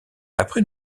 après